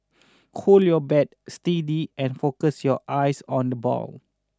hold your bat steady and focus your eyes on the ball